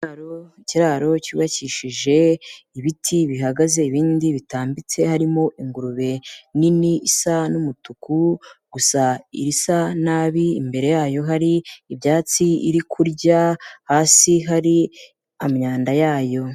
Ikiraro cyubakishije ibiti bihagaze ibindi bitambitse harimo ingurube nini isa n'umutuku, gusa isa nabi imbere yayo hari ibyatsi iri kurya, hasi hari imyanda yayo.